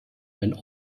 wenn